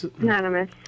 anonymous